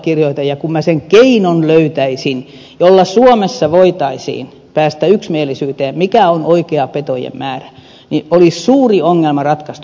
ja kun minä sen keinon löytäisin jolla suomessa voitaisiin päästä yksimielisyyteen siitä mikä on oikea petojen määrä niin olisi suuri ongelma ratkaistu